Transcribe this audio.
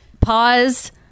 Pause